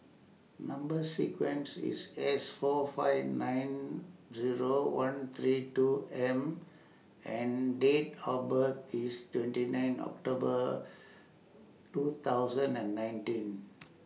Number sequence IS S four five nine Zero one three two M and Date of birth IS twenty nine October two thousand and nineteen